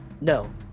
No